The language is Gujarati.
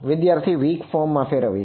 વિદ્યાર્થી વીક ફોર્મ માં ફેરવીએ